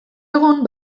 egun